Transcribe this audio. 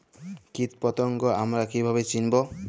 কীটপতঙ্গ আমরা কীভাবে চিনব?